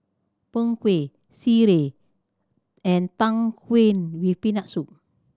Png Kueh sireh and Tang Yuen with Peanut Soup